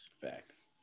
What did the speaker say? Facts